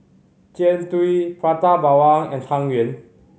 Jian Dui Prata Bawang and Tang Yuen